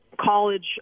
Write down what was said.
college